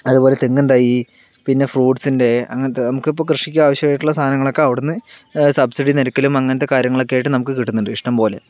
അതുപോലെ തെങ്ങും തൈ പിന്നെ ഫ്രൂട്ട്സിൻ്റെ അങ്ങനത്തെ നമുക്ക് ഇപ്പോൾ കൃഷിക്കാവശ്യമായിട്ടുള്ള സാധങ്ങളൊക്കെ അവിടുന്ന് സബ്സിഡി നിരക്കിലും അങ്ങനത്തെ കാര്യങ്ങളൊക്കെ ആയിട്ട് നമുക്ക് കിട്ടുന്നുണ്ട് ഇഷ്ട്ടം പോലെ